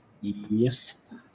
Yes